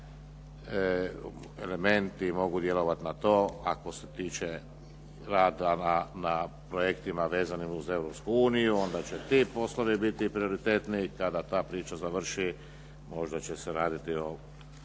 elementi mogu djelovati na to. A što se tiče rada na projektima vezanim uz Europsku uniju onda će ti poslovi biti prioritetni i kada ta priča završi možda će se raditi o